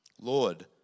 Lord